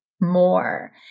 more